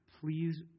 please